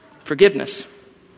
forgiveness